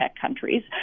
countries